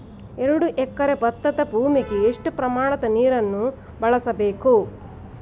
ಎರಡು ಎಕರೆ ಭತ್ತದ ಭೂಮಿಗೆ ಎಷ್ಟು ಪ್ರಮಾಣದ ನೀರನ್ನು ಬಳಸಬೇಕು?